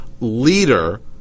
leader